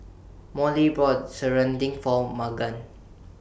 Molly brought Serunding For Magan